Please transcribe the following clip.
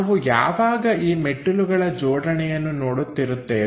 ನಾವು ಯಾವಾಗ ಈ ಮೆಟ್ಟಿಲುಗಳ ಜೋಡಣೆಯನ್ನು ನೋಡುತ್ತಿರುತ್ತೇವೆ